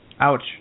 Ouch